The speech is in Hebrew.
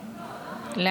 בבקשה.